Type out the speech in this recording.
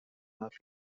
havis